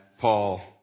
Paul